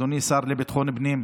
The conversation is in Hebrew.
אדוני השר לביטחון פנים,